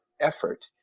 effort